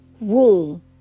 room